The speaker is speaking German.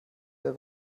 der